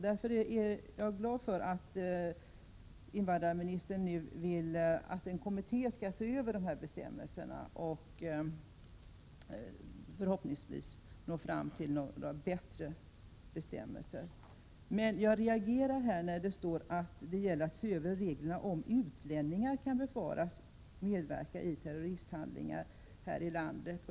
Jag är därför glad för att invandrarministern nu vill att en kommitté skall se över de här bestämmelserna och förhoppningsvis föreslå bättre bestämmel ser. Men jag reagerar emot att det här skulle handla om att ”se över reglerna om utlänningar som kan befaras medverka i terroristhandlingar här i landet”.